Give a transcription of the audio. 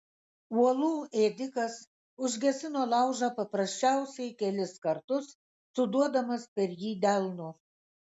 uolų ėdikas užgesino laužą paprasčiausiai kelis kartus suduodamas per jį delnu